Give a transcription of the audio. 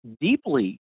deeply